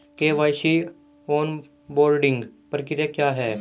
KYC onboarding प्रक्रिया क्या है?